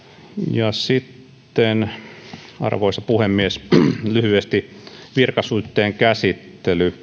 ja sitten arvoisa puhemies lyhyesti virkasuhteen käsittely